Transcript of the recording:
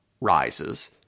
rises